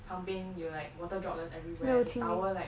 旁边有 like water droplets everywhere tow~ like